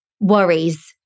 worries